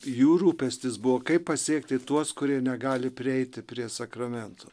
jų rūpestis buvo kaip pasiekti tuos kurie negali prieiti prie sakramentų